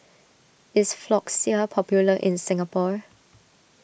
is Floxia popular in Singapore